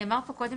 נאמר פה קודם